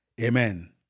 Amen